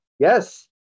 Yes